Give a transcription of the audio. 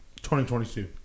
2022